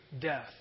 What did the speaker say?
death